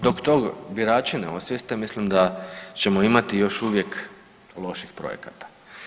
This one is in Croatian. Dok to birači ne osvijeste mislim da ćemo imati još uvijek loših projekata.